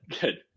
Good